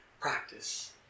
practice